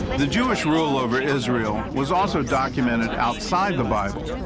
the jewish rule over israel was also documented outside the bible,